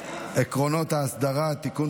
28 בעד, תשעה